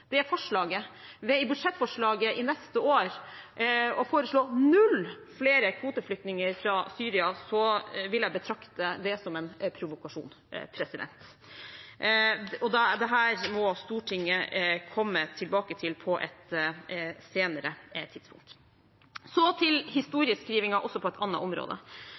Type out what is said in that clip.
det forslaget ved i budsjettforslaget for neste år å foreslå null flere kvoteflyktninger fra Syria, vil jeg betrakte det som en provokasjon. Dette må Stortinget komme tilbake til på et senere tidspunkt. Så til historieskrivingen også på et annet område: